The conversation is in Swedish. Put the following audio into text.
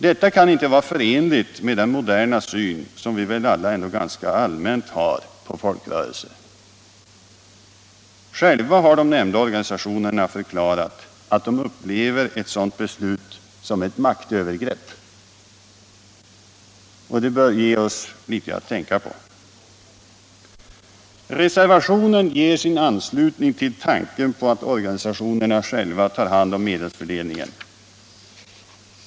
Detta kan inte vara förenligt med den moderna syn som vi väl ändå ganska allmänt har på folkrörelser. Själva har de nämnda organisationerna förklarat att de upplever ett sådant beslut som ett maktövergrepp. Det bör ge oss lite att tänka på. Reservationen ger sin anslutning till tanken på att organisationerna själva har hand om medelsfördelningen.